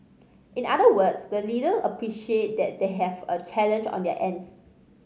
in other words the leader appreciate that they have a challenge on their ends